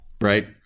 right